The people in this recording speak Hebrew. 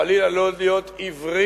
חלילה לא להיות עיוורים,